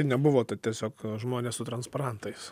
nebuvo tai tiesiog žmonės su transparantais